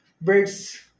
birds